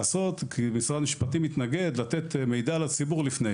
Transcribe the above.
משרד המשפטים התנגד לתת את המידע לציבור לפני,